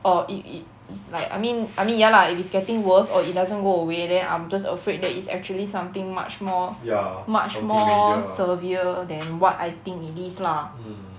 orh if it like I mean I mean ya lah if it's getting worse or it doesn't go away then I'm just afraid that it's actually something much more much more severe than what I think it is lah